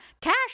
Cash